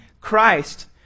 Christ